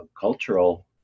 cultural